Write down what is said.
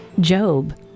Job